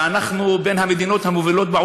ואנחנו בין המדינות המובילות.